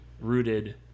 rooted